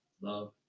love